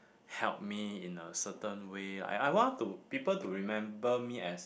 help me in a certain way I I want to people to remember me as